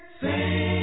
sing